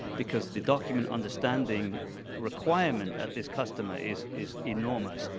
because the document understanding requirement at this customer is is enormous.